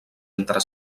entre